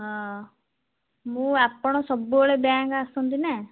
ହଁ ମୁଁ ଆପଣ ସବୁବେଳେ ବ୍ୟାଙ୍କ ଆସନ୍ତି ନା